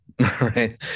right